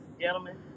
gentlemen